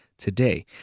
today